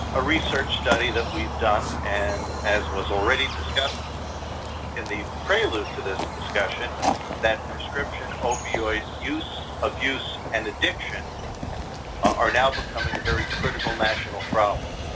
a research study that we've done and as was already discussed in the prelude to this discussion that prescription opioid use, abuse, and addiction are now becoming a very critical national problem.